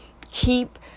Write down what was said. keep